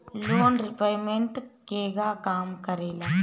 Loan repayment केगा काम करेला?